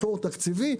מקור תקציבי.